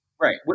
Right